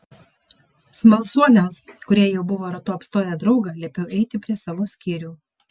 smalsuoliams kurie jau buvo ratu apstoję draugą liepiau eiti prie savo skyrių